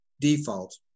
default